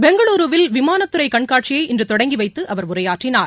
பெங்களூருவில் விமானத்துறை கண்காட்சியை இன்று தொடங்கி வைத்து அவர் உரையாற்றினார்